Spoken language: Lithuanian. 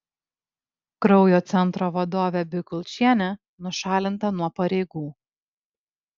kraujo centro vadovė bikulčienė nušalinta nuo pareigų